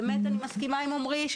אני מסכימה עם עמרי,